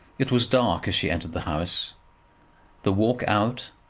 it was dark as she entered the house the walk out,